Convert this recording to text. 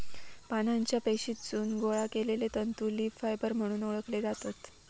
पानांच्या पेशीतसून गोळा केलले तंतू लीफ फायबर म्हणून ओळखले जातत